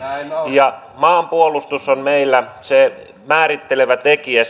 maanpuolustus on meillä se määrittelevä tekijä